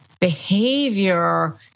behavior